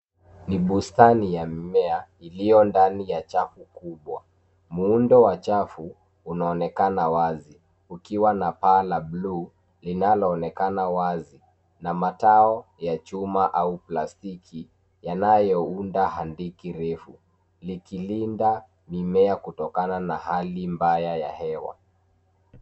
Ni bustani ya mimea iliyo ndani ya chafu kubwa. Muundo wa chafu unaonekana wazi ukiwa na paa la blue linaloonekana wazi na matao ya chuma au plastiki, yanayounda handiki refu, likilinda mimea kutokana na hali mbaya ya hewa.